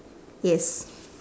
yes